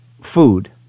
food